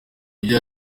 ibyo